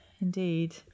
indeed